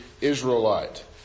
Israelite